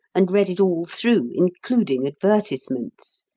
and read it all through, including advertisements.